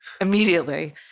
immediately